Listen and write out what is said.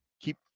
keep